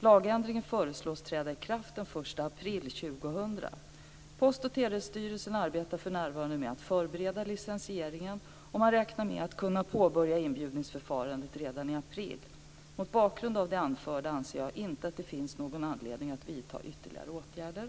Lagändringen föreslås träda i kraft den 1 Post och telestyrelsen arbetar för närvarande med att förbereda licensieringen, och man räknar med att påbörja inbjudningsförfarandet i april. Mot bakgrund av det anförda anser jag att det inte finns någon anledning att vidta ytterligare åtgärder.